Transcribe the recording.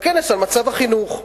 כנס על מצב החינוך,